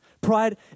Pride